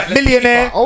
Millionaire